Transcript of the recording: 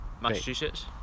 Massachusetts